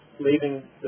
leaving